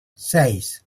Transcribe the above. seis